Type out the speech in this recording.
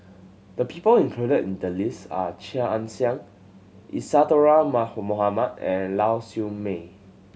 the people included in the list are Chia Ann Siang Isadhora Mohamed and Lau Siew Mei